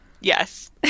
Yes